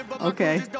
okay